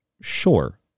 Sure